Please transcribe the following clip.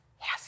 yes